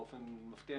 באופן מפתיע,